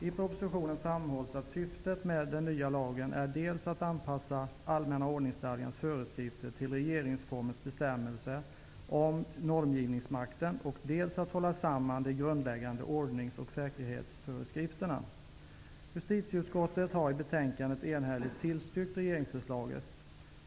I propositionen framhålls att syftet med den nya lagen dels är att anpassa allmänna ordningsstadgans föreskrifter till regeringsformens bestämmelser om normgivningsmakten, dels är att hålla samman de grundläggande ordnings och säkerhetsföreskrifterna. Justitieutskottet har i betänkandet enhälligt tillstyrkt regeringsförslaget.